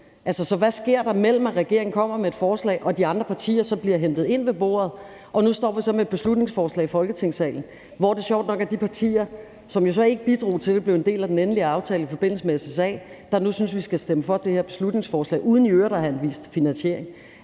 Altså, hvad sker der, mellem at regeringen kommer med et forslag, og at de andre partier så bliver hentet ind ved bordet? Nu står vi så med et beslutningsforslag i Folketingssalen, hvor det sjovt nok er de partier, som jo så ikke bidrog til, at det blev en del af den endelige aftale i forbindelse med SSA, der nu synes, vi skal stemme for det her beslutningsforslag uden i øvrigt at have anvist finansiering.